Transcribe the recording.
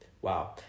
Wow